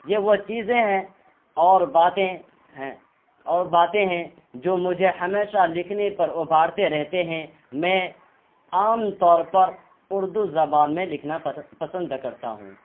یہ وہ چیزیں ہیں اور باتیں ہیں اور باتیں ہیں جو مجھے ہمیشہ لکھنے پر ابھارتے رہتے ہیں میں عام طور پر اردو زبان میں لکھنا پسند کرتا ہوں